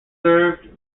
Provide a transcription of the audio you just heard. served